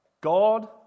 God